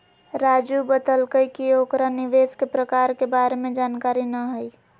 राजू बतलकई कि ओकरा निवेश के प्रकार के बारे में जानकारी न हई